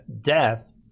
death